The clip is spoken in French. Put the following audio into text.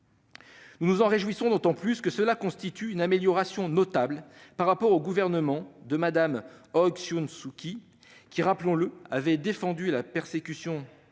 Nous nous en réjouissons d'autant plus que cela constitue une amélioration notable par rapport au gouvernement de Mme Aung San Suu Kyi, qui, rappelons-le, avait défendu la persécution de